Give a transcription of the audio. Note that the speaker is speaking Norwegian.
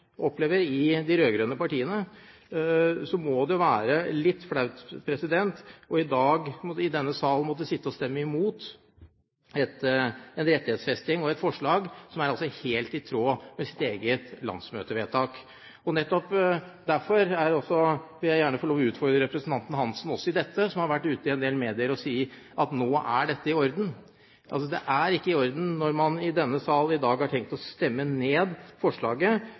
opplever den motstand som vi gjør fra de rød-grønne partiene, må det i dag være litt flaut å måtte sitte i denne salen og stemme imot en rettighetsfesting og et forslag som altså er helt i tråd med eget landsmøtevedtak. Nettopp derfor vil jeg gjerne få lov til også her å utfordre representanten Geir-Ketil Hansen, som har vært ute i en del medier og sagt at dette nå er i orden. Det er ikke i orden når man i denne sal i dag har tenkte å stemme ned forslaget